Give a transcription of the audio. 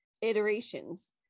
iterations